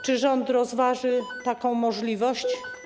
Czy rząd rozważy taką możliwość?